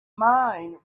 mind